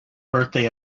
birthday